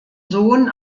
sohn